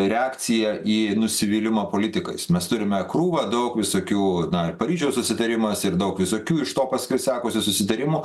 reakcija į nusivylimą politikais mes turime krūvą daug visokių na paryžiaus susitarimas ir daug visokių iš to paskui sekusių susitarimų